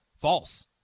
false